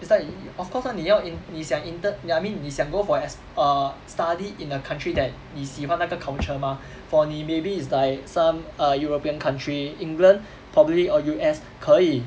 it's like you of course ah 你要 in~ 你想 intern I mean 你想 go for ex~ err study in a country that 你喜欢那个 culture mah for 你 maybe it's like some err european country England probably or U_S 可以